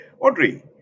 Audrey